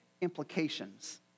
implications